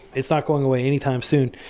it's not going away anytime soon.